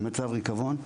במצב ריקבון,